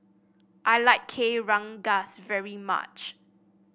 I like Kueh Rengas very much